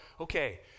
okay